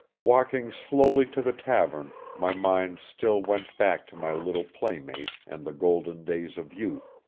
walking slowly to the tavern my mind still went back to my little playmate and the golden days of youth,